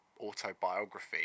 autobiography